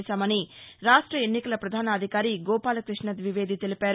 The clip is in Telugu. చేశామని రాష్ట ఎన్నికల పధాన అధికారి గోపాలకృష్ణ ద్వివేది తెలిపారు